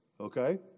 Okay